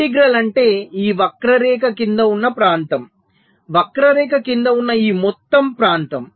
integral అంటే ఈ వక్రరేఖ క్రింద ఉన్న ప్రాంతం వక్రరేఖ క్రింద ఉన్న ఈ మొత్తం ప్రాంతం